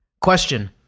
Question